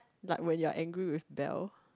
like when you're angry with Belle